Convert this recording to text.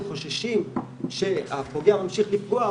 הם חוששים שהפוגע ממשיך לפגוע,